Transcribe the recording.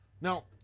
Now